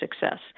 success